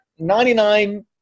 99